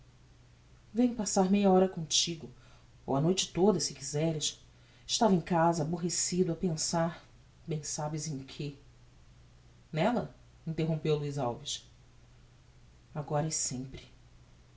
venho passar meia hora comtigo ou a noite toda se quizeres estava em casa aborrecido a pensar bem sabes em que nella interrompeu luiz alves agora e sempre